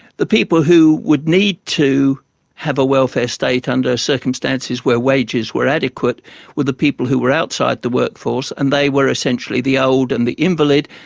the people who would need to have a welfare state under circumstances where wages were adequate were the people who were outside the workforce, and they were essentially the old and the invalid.